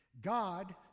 God